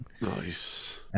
Nice